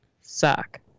suck